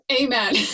Amen